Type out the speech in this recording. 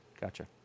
Gotcha